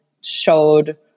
showed